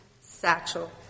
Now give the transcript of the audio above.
Satchel